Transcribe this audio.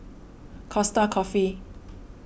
Costa Coffee